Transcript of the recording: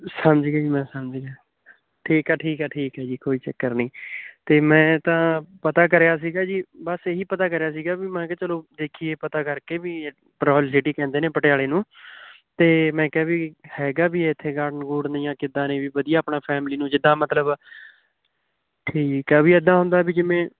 ਸਮਝ ਗਿਆ ਜੀ ਮੈਂ ਸਮਝ ਗਿਆ ਠੀਕ ਆ ਠੀਕ ਆ ਠੀਕ ਆ ਜੀ ਕੋਈ ਚੱਕਰ ਨਹੀਂ ਅਤੇ ਮੈਂ ਤਾਂ ਪਤਾ ਕਰਿਆ ਸੀਗਾ ਜੀ ਬਸ ਇਹੀ ਪਤਾ ਕਰਿਆ ਸੀਗਾ ਵੀ ਮੈਖਾਂ ਚਲੋ ਦੇਖੀਏ ਪਤਾ ਕਰਕੇ ਵੀ ਕਹਿੰਦੇ ਨੇ ਪਟਿਆਲੇ ਨੂੰ ਅਤੇ ਮੈਂ ਕਿਹਾ ਵੀ ਹੈਗਾ ਵੀ ਇੱਥੇ ਗਾਰਡਨ ਗੂਰਡਨ ਜਾਂ ਕਿੱਦਾਂ ਨੇ ਵੀ ਵਧੀਆ ਆਪਣਾ ਫੈਮਲੀ ਨੂੰ ਜਿੱਦਾਂ ਮਤਲਬ ਠੀਕ ਆ ਵੀ ਇੱਦਾਂ ਹੁੰਦਾ ਵੀ ਜਿਵੇਂ